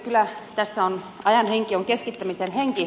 kyllä tässä ajan henki on keskittämisen henki